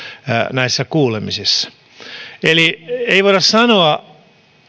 näissä kuulemisissa eli ei voida sanoa